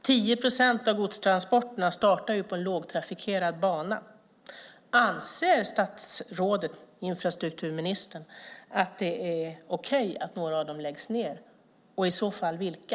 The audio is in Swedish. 10 procent av godstransporterna startar på en lågtrafikerad bana. Anser infrastrukturministern att det är okej att några av dem läggs ned och i så fall vilka?